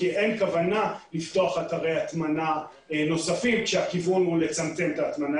כי אין כוונה לפתוח אתרי הטמנה נוספים כשהכיוון הוא לצמצם את ההטמנה.